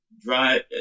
drive